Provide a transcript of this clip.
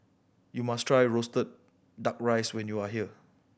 you must try roasted Duck Rice when you are here